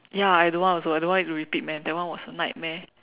ya I don't want also I don't want it to repeat man that one was a nightmare